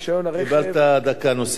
ברשיון הרכב, קיבלת דקה נוספת.